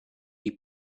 you